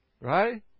Right